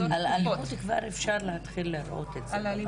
--- אלימות כבר אפשר להראות את זה במדד.